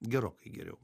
gerokai geriau